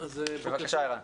בבקשה, ערן.